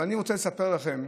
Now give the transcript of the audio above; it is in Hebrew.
אבל אני רוצה לספר לכם,